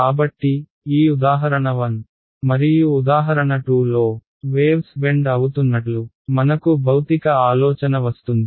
కాబట్టి ఈ ఉదాహరణ 1 మరియు ఉదాహరణ 2 లో వేవ్స్ బెండ్ అవుతున్నట్లు మనకు భౌతిక ఆలోచన వస్తుంది